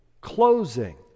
closing